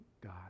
God